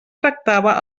tractava